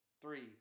three